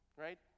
right